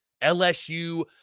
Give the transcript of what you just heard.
LSU